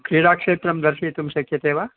क्रीडाक्षेत्रं दर्शयितुं शक्यते वा